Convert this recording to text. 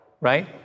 right